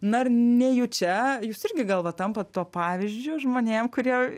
na ir nejučia jūs irgi gal va tampat tuo pavyzdžiu žmonėm kurie